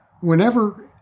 whenever